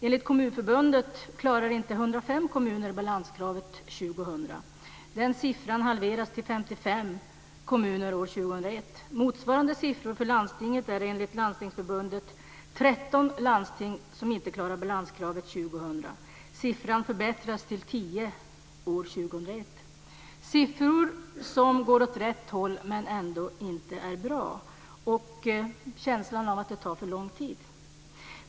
Enligt Kommunförbundet klarar inte 105 kommuner balanskravet 2000. Denna siffra halveras till 55 kommuner år 2001. Motsvarande siffror för landstingen är enligt Landstingsförbundet att 13 landsting inte klarar balanskravet 2000. Siffran förbättras till 10 landsting år 2001. Det är siffrorna som går åt rätt håll men ändå inte är bra. Det finns en känsla av att det tar för lång tid.